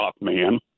man